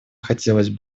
хотелось